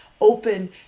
open